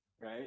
Right